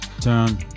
turn